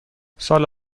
سال